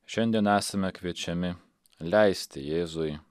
šiandien esame kviečiami leisti jėzui